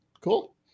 Cool